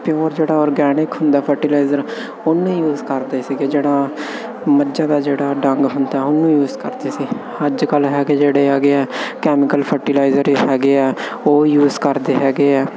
pure ਜਿਹੜਾ organic ਹੁੰਦਾ fertiliser ਉਹਨੂੰ ਹੀ ਯੂਸ ਕਰਦੇ ਸੀਗੇ ਜਿਹੜਾ ਮੱਝਾਂ ਦਾ ਜਿਹੜਾ ਡੰਗ ਹੁੰਦਾ ਉਹਨੂੰ ਯੂਸ ਕਰਦੇ ਸੀ ਅੱਜ ਕੱਲ੍ਹ ਹੈਗੇ ਜਿਹੜੇ ਆ ਗਏ ਹੈ ਕੈਮੀਕਲ ਫਰਟੀਲਾਈਜਰ ਹੈਗੇ ਹੈ ਉਹ ਯੂਸ ਕਰਦੇ ਹੈਗੇ ਆ